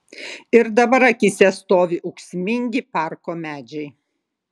ir dabar akyse stovi ūksmingi parko medžiai